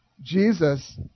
Jesus